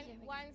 one